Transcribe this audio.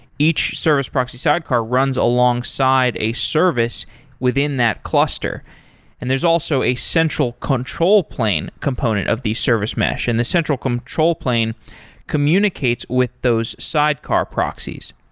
each service proxy sidecar runs alongside a service within that cluster and there's also a central control plane component of these service mesh, and the central control plane communicates with those sidecar proxies.